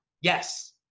Yes